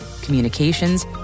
communications